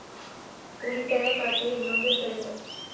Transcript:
ಉಳಿತಾಯ ಖಾತೆಯ ಇನ್ನೊಂದು ಹೆಸರೇನು?